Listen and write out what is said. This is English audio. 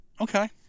Okay